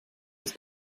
als